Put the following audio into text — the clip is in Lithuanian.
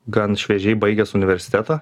gan šviežiai baigęs universitetą